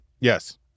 Yes